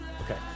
Okay